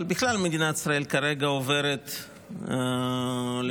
אבל בכלל מדינת ישראל כרגע עוברת למעשה